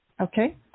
Okay